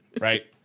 right